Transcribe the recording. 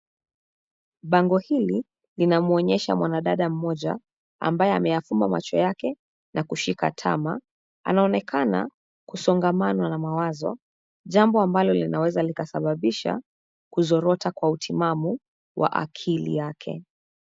Bango hili, linamwonyesha mwanadada mmoja, ambaye ameyafumba macho yake, na kushika tama, anaonekana, kusongamanwa na mawazo, jambo ambalo linaweza likasababisha, kuzorota kwa utimamu, wa akili yake.